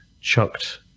chucked